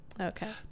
Okay